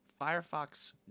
Firefox